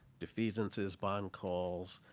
defeasances, bond calls,